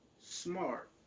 Smart